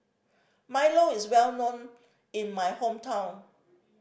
milo is well known in my hometown